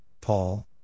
Paul